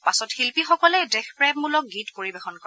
পাছত শিল্পীসকলে দেশপ্ৰেমূলক গীত পৰিৱেশন কৰে